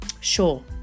sure